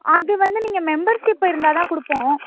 அது வந்து நீங்கள் மெம்பர்ஷிப்பு இருந்தால்தான் கொடுப்போம்